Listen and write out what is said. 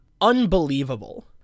unbelievable